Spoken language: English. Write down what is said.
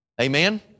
Amen